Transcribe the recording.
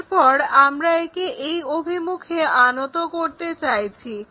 এরপর আমরা একে এই অভিমুখে আনত করতে চাইছি